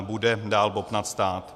Bude dál bobtnat stát.